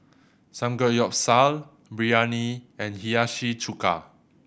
Samgeyopsal Biryani and Hiyashi Chuka